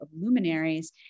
luminaries